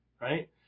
right